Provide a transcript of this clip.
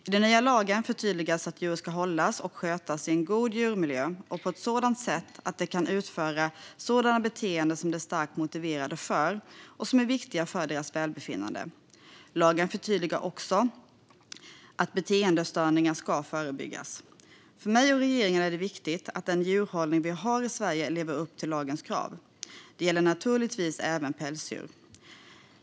I den nya lagen förtydligas att djur ska hållas och skötas i en god djurmiljö och på ett sådant sätt att de kan utföra sådana beteenden som de är starkt motiverade för och som är viktiga för deras välbefinnande. Lagen förtydligar också att beteendestörningar ska förebyggas. För mig och regeringen är det viktigt att den djurhållning vi har i Sverige lever upp till lagens krav. Det gäller naturligtvis även pälsdjur.